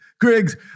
Griggs